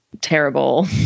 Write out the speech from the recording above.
terrible